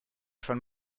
schon